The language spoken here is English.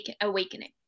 awakening